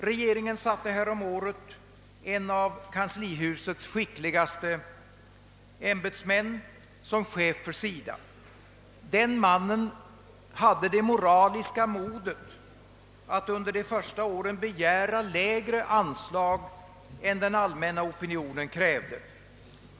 Regeringen satte därför häromåret en av kanslihusets skickligaste ämbetsmän som chef för SIDA. Den mannen hade det moraliska modet att under de första åren begära lägre anslag än den allmänna opinionen krävde.